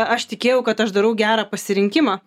aš tikėjau kad aš darau gerą pasirinkimą